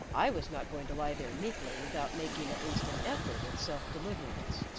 i was not going to lie there meekly without making at least an effort at self-deliverance.